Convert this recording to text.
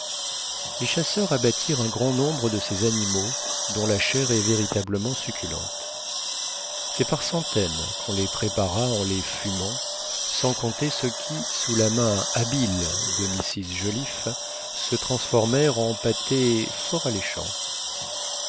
les chasseurs abattirent un grand nombre de ces animaux dont la chair est véritablement succulente c'est par centaines qu'on les prépara en les fumant sans compter ceux qui sous la main habile de mrs joliffe se transformèrent en pâtés fort alléchants